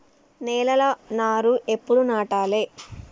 నేలలా నారు ఎప్పుడు నాటాలె?